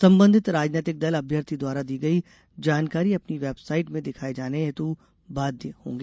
संबंधित राजनैतिक दल अभ्यर्थी द्वारा दी गई जानकारी अपनी वेबसाईट में दिखाये जाने हेतु बाध्य होंगे